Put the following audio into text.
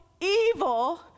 evil